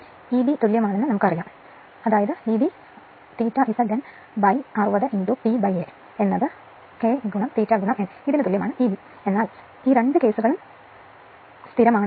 ഈ Eb തുല്യമാണെന്ന് നമുക്കറിയാം ∅ Z N 60 P a K ∅ n എന്നാൽ രണ്ട് കേസുകളിലും സ്ഥിരമാണെങ്കിൽ